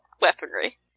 weaponry